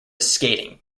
skating